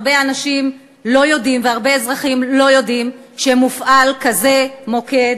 הרבה אנשים לא יודעים והרבה אזרחים לא יודעים שמופעל כזה מוקד.